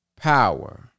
power